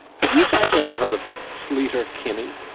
have you guys ever heard of sleater-kinney